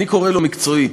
אני קורא לו "מקצועי".